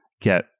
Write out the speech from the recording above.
get